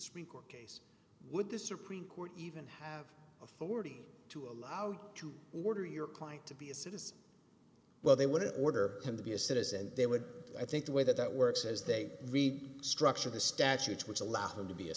speaker case would the supreme court even have authority to allowed to order your client to be a citizen well they would order him to be a citizen they would i think the way that that works as they read structure the statute which allows them to be a